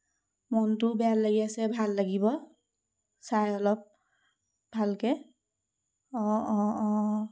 মনটোও বেয়া লাগি আছে ভাল লাগিব চাই অলপ ভালকৈ অঁ অঁ অঁ